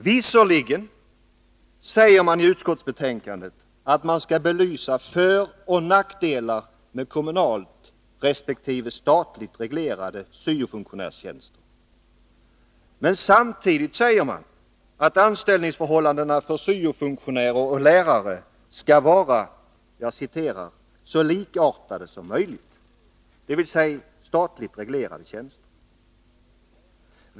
Visserligen sägs det i utskottsbetänkandet att man skall belysa föroch nackdelar med kommunalt resp. statligt reglerade syo-funktionärstjänster. Men samtidigt sägs det att anställningsförhållandena för syo-funktionärer och lärare skall vara ”så likartade som möjligt”, dvs. statligt reglerade tjänster.